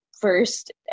first